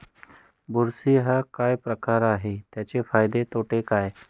बुरशी हा काय प्रकार आहे, त्याचे फायदे तोटे काय?